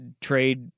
trade